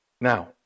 Now